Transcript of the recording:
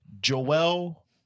Joel